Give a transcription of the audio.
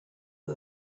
who